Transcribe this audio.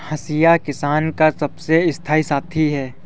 हंसिया किसान का सबसे स्थाई साथी है